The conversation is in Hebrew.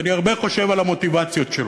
אני הרבה חושב על המוטיבציות שלו,